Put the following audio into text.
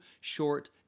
short